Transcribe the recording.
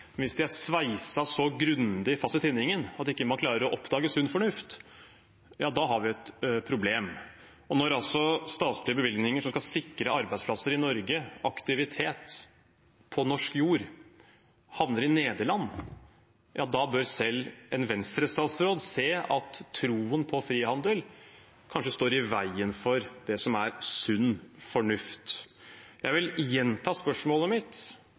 hvis de er sveiset så grundig fast i tinningen at man ikke klarer å oppdage sunn fornuft, da har vi et problem. Når statlige bevilgninger som skal sikre arbeidsplasser i Norge og aktivitet på norsk jord, havner i Nederland, da bør selv en Venstre-statsråd se at troen på frihandel kanskje står i veien for det som er sunn fornuft. Jeg vil gjenta spørsmålet mitt.